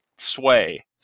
Sway